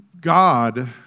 God